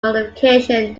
modification